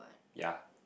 ya